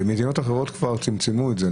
מדינות אחרות, כבר צמצמו את זה.